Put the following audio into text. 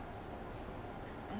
I'm supposed to study